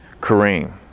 Kareem